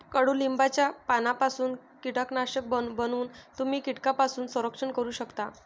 कडुलिंबाच्या पानांपासून कीटकनाशक बनवून तुम्ही कीटकांपासून संरक्षण करू शकता